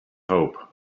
hope